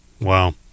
Wow